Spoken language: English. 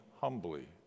humbly